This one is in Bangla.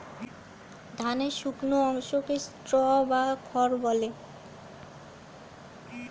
ধানের শুকনো অংশকে স্ট্র বা খড় বলে